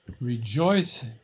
rejoice